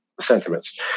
sentiments